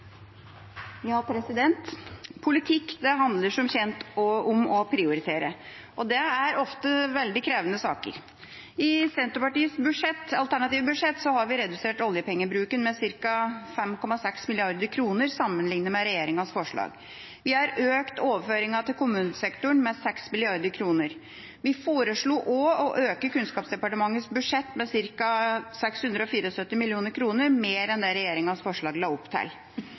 ofte veldig krevende saker. I Senterpartiets alternative budsjett har vi redusert oljepengebruken med ca. 5,6 mrd. kr sammenlignet med regjeringas forslag. Vi har økt overføringene til kommunesektoren med 6 mrd. kr. Vi foreslo også å øke Kunnskapsdepartementets budsjett med ca. 674 mill. kr mer enn det regjeringas forslag la opp til.